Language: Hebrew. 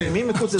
מי נמנע?